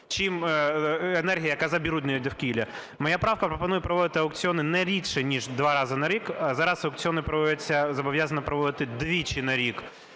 чим енергія, яка забруднює довкілля. Моя правка пропонує проводити аукціони не рідше, ніж два рази на рік. Зараз аукціони проводяться… зобов'язані проводити двічі на рік.